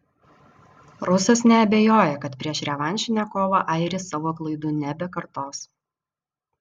rusas neabejoja kad prieš revanšinę kovą airis savo klaidų nebekartos